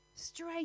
Straight